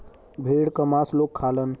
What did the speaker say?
भेड़ क मांस लोग खालन